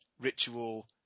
Ritual